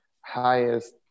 highest